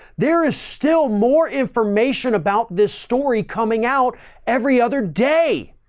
there is still more information about this story coming out every other day,